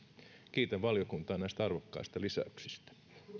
kiitän valiokuntaa näistä arvokkaista lisäyksistä